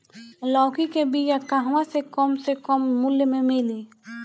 लौकी के बिया कहवा से कम से कम मूल्य मे मिली?